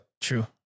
True